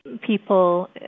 people